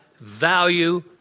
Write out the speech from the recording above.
value